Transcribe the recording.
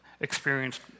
experienced